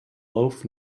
loaf